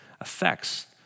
affects